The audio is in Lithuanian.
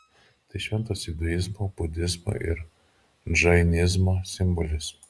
tai šventas induizmo budizmo ir džainizmo simbolis